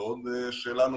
ושאלה נוספת,